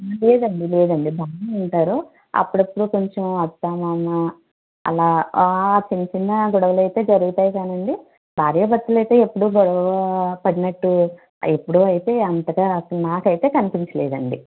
లేదండీ లేదండీ బాగానే ఉంటారు అప్పుడప్పుడు కొంచెం అత్తా మామ అలా చిన్న చిన్న గొడవలైతే జరుగుతాయి కానీ అండీ భార్యా భర్తలు అయితే ఎప్పుడూ గొడవ పడినట్టు ఎప్పుడు అయితే అంతగా అస్సలు నాకు అయితే కనిపించలేదండీ